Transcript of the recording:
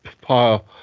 pile